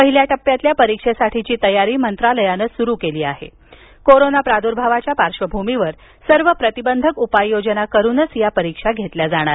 पहिल्या टप्प्यातील परीक्षेसाठीची तयारी मंत्रालयानं सुरु केली असून कोरोना प्रदर्भावाच्या पार्श्वभूमीवर सर्व प्रतिबंधक उपाययोजना करूनच या परीक्षा घेतल्या जाणार आहेत